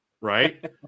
right